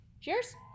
cheers